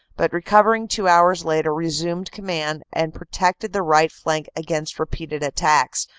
but recovering two hours later resumed command and protected the right flank against re peated attacks,